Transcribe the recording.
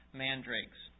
mandrakes